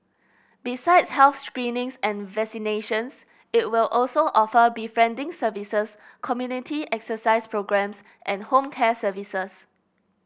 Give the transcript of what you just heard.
besides health screenings and vaccinations it will also offer befriending services community exercise programmes and home care services